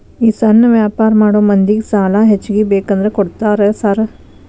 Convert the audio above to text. ಈ ಸಣ್ಣ ವ್ಯಾಪಾರ ಮಾಡೋ ಮಂದಿಗೆ ಸಾಲ ಹೆಚ್ಚಿಗಿ ಬೇಕಂದ್ರ ಕೊಡ್ತೇರಾ ಸಾರ್?